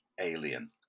Alien